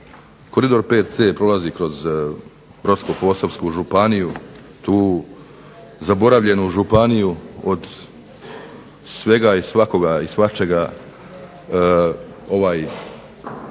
Koridor 5C prolazi kroz Brodsko-posavsku županiju, tu zaboravljenu županiju od svega i svakoga i svačega, ovaj